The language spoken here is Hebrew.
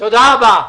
תודה רבה.